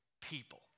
people